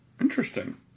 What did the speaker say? interesting